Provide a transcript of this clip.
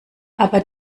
aber